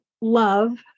love